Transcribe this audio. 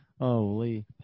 Holy